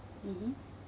mmhmm